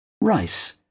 Rice